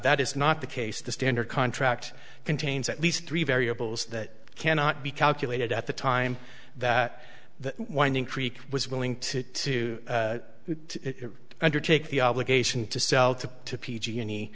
that is not the case the standard contract contains at least three variables that cannot be calculated at the time that the winding creek was willing to to undertake the obligation to sell to to p g any